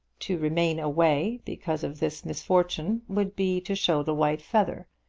to remain away because of this misfortune would be to show the white feather.